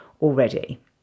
already